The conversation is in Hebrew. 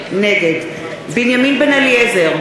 נגד בנימין בן-אליעזר,